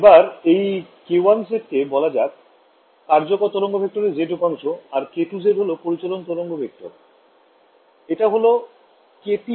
এবার এই k1z কে বলা যাক কার্যকর তরঙ্গ ভেক্টরের z উপাংশ আর k2z হল পরিচলন তরঙ্গ ভেক্টর এটা হল ktz